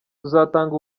tuzatanga